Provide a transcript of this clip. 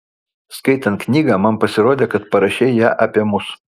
skaitant knygą man pasirodė kad parašei ją apie mus